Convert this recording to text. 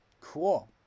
Cool